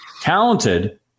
Talented